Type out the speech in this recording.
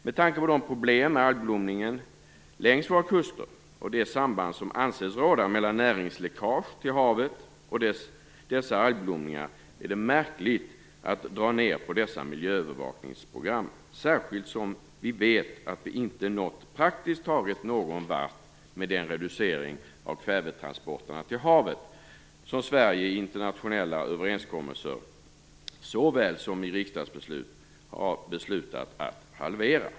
Med tanke på de problem vi har med algblomning längs våra kuster och de samband som anses råda mellan näringsläckage till havet och dessa algblomningar är det märkligt att man drar ned på dessa miljöövervakningsprogram, särskilt som vi vet att vi praktiskt taget inte nått någon vart med den reducering av kvävetransporterna till havet som Sverige i internationella överenskommelser så väl som i riksdagsbeslut har beslutat att halvera.